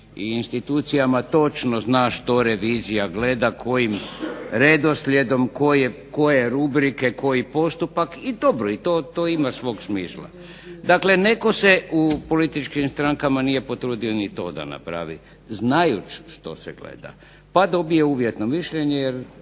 u institucijama točno zna što revizija gleda, kojim redoslijedom, koje rubrike, koji postupak. I dobro to ima svog smisla. Dakle, netko se u političkim strankama nije potrudio ni to da napravi, znajući što se gleda pa dobije uvjetno mišljenje